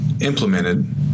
implemented